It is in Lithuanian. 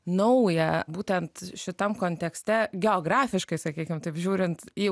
nauja būtent šitam kontekste geografiškai sakykim taip žiūrint į